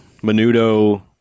Menudo